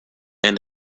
and